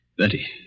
Betty